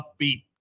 upbeat